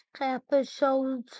episode